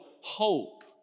hope